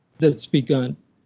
that's begun.